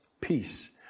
peace